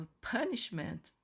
punishment